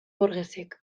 borgesek